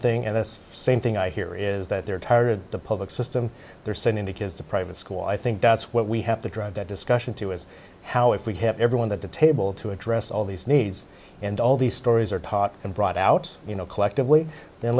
thing in this same thing i hear is that they're tired of the public system they're sending the kids to private school i think that's what we have to drive that discussion to is how if we have everyone that the table to address all these needs and all these stories are part and brought out you know collectively the